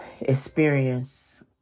experience